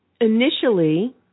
initially